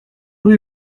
rue